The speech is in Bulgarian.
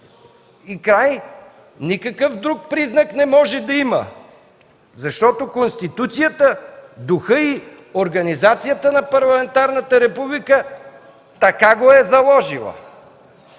и край! Никакъв друг признак не може да има, защото Конституцията, духът й, организацията на парламентарната република така го е заложила.